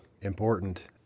important